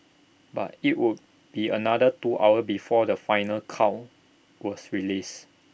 but IT would be another two hours before the final count was released